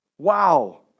Wow